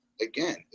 again